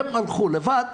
הם הלכו לבד,